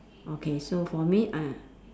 okay so for me ah